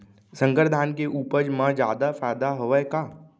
संकर धान के उपज मा जादा फायदा हवय का?